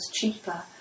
cheaper